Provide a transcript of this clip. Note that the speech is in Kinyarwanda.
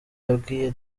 yabwiye